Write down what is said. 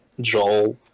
Joel